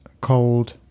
cold